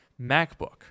MacBook